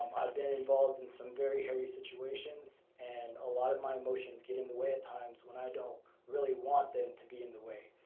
i've been involved in some very hairy situations. and a lot of my emotions get in the way at times, when i don't really want them to be in the way,